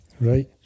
Right